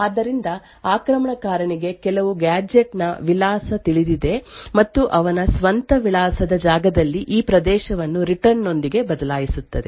ಆದ್ದರಿಂದ ಆಕ್ರಮಣಕಾರನಿಗೆ ಕೆಲವು ಗ್ಯಾಜೆಟ್ ನ ವಿಳಾಸ ತಿಳಿದಿದೆ ಮತ್ತು ಅವನ ಸ್ವಂತ ವಿಳಾಸದ ಜಾಗದಲ್ಲಿ ಈ ಪ್ರದೇಶವನ್ನು ರಿಟರ್ನ್ ನೊಂದಿಗೆ ಬದಲಾಯಿಸುತ್ತದೆ